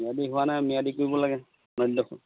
ম্যাদি হোৱা নাই ম্যাদি কৰিব লাগে মাটিডোখৰ